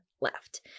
left